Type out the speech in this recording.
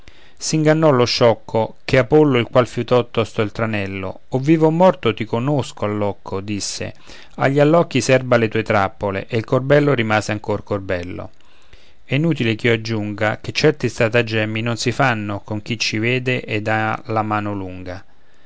soffocarlo s'ingannò lo sciocco ché apollo il qual fiutò tosto il tranello o vivo o morto ti conosco allocco disse agli allocchi serba le tue trappole e il corbello rimase ancor corbello è inutile ch'io aggiunga che certi strattagemmi non si fanno con chi ci vede ed ha la mano lunga